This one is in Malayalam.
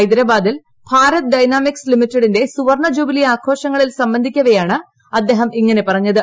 ഹൈദരാബാദിൽ ഭാരത് ഡൈനാമിക്സ് ലിമിറ്റഡിന്റെ സുവർണ്ണ ജൂബിലി ആഘോഷങ്ങളിൽ സംബന്ധിക്കവെയാണ് അദ്ദേഹം ഇങ്ങനെ പറഞ്ഞത്